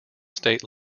state